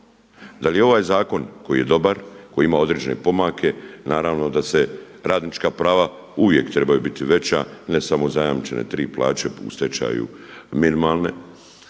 Da li je ovaj zakon koji je dobar, koji ima određene pomake, naravno da radnička prava uvijek trebaju biti veća a ne samo zajamčene 3 plaće u stečaju minimalne.